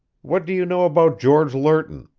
what do you know about george lerton?